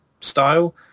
style